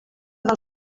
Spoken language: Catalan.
del